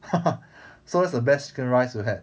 so where's the best chicken rice you had